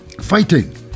fighting